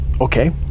okay